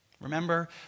Remember